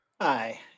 Hi